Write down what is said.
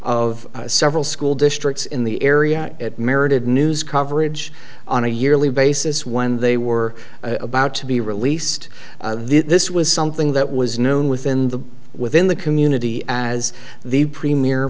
of several school districts in the area that merited news coverage on a yearly basis when they were about to be released this was something that was known within the within the community as the premier